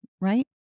right